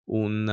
un